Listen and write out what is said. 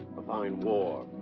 a fine war.